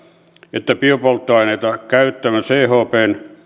että biopolttoaineita käyttävän chpn